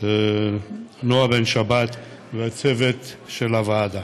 נעה בן-שבת, והצוות של הוועדה.